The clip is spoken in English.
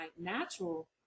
natural